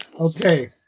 Okay